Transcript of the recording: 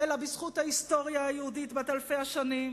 אלא בזכות ההיסטוריה היהודית בת אלפי השנים,